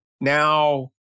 now